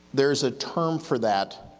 there's a term for that,